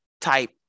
type